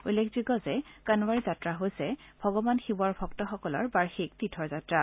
উল্লেখযোগ্য যে কনৱাড় যাত্ৰা হৈছে ভগৱান শিৱৰ ভক্তসকলৰ বাৰ্ষিক তীৰ্থ যাত্ৰা